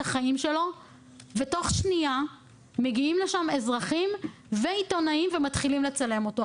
החיים שלו ותוך שנייה מגיעים לשם אזרחים ועיתונאים ומתחילים לצלם אותו.